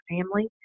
family